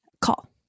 call